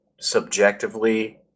subjectively